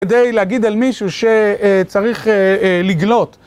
כדי להגיד אל מישהו שצריך לגלות.